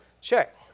check